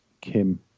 Kim